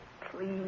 Please